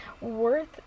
worth